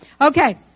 Okay